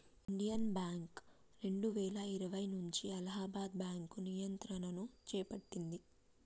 Indian Bank రెండువేల ఇరవై నుంచి అలహాబాద్ బ్యాంకు నియంత్రణను చేపట్టింది